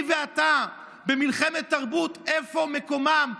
אני ואתה במלחמת תרבות איפה מקומם,